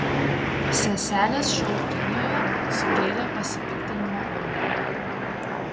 seselės šou kinijoje sukėlė pasipiktinimo audrą